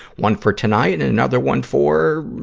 one for tonight and another one for,